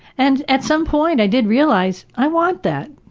and, at some point, i did realize i want that.